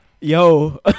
yo